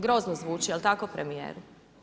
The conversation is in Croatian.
Grozno zvuči, je li tako premijeru?